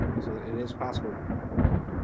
so it is possible, oh,